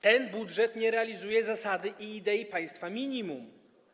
Ten budżet nie realizuje zasady i idei państwa minimum.